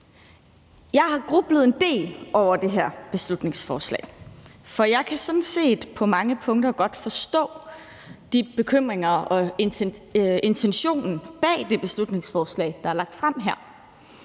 Jeg har grublet en del over det her beslutningsforslag, for jeg kan sådan set på mange punkter godt forstå bekymringerne og intentionen bag. Men jeg synes også, at ministeren meget